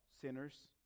sinners